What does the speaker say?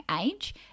age